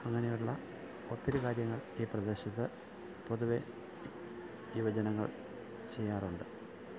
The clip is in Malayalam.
അങ്ങനെയുള്ള ഒത്തിരി കാര്യങ്ങൾ ഈ പ്രദേശത്ത് പൊതുവെ യുവജനങ്ങൾ ചെയ്യാറുണ്ട്